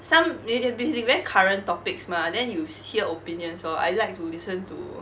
some may their be very current topics mah then you s~ hear opinions lor I like to listen to